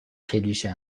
کلیشه